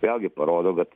vėlgi parodo kad